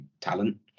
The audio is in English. talent